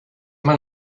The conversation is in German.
man